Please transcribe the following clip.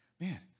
Man